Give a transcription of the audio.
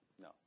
No